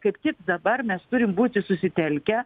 kaip tik dabar mes turim būti susitelkę